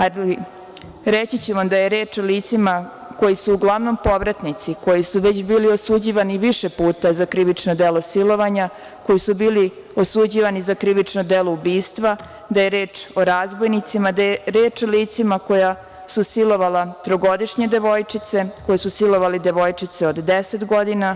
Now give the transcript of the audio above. Ali, reći ću vam da je reč o licima koji su uglavnom povratnici, koji su već bili osuđivani više puta za krivična dela silovanja, koji su bili osuđivani za krivična dela ubistva, da je reč o razbojnicima, da je reč o licima koja su silovala trogodišnje devojčice, koji su silovali devojčice od 10 godina.